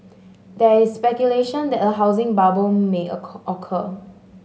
there is speculation that a housing bubble may occur